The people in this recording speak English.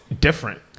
different